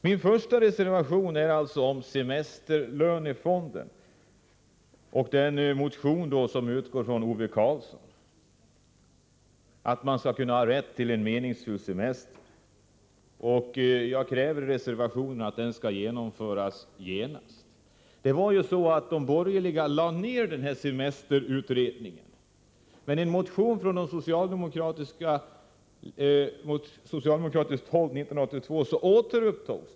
Min första reservation gäller semesterlönefonden, och jag utgår ifrån Ove Karlssons motion om rätten till meningsfull semester. Jag kräver att en utredning av semesterfrågor genast skall genomföras. De borgerliga beslutade att lägga ned semesterutredningen, men 1982 biföll riksdagen en motion från socialdemokratiskt håll om att utredningsarbetet skulle återupptas.